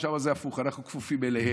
שם זה הפוך: אנחנו כפופים אליהם,